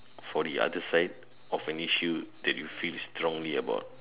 for the other side of an issue that you feel strongly about